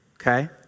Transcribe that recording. Okay